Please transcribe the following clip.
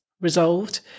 resolved